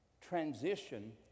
transition